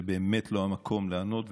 זה באמת לא המקום לענות,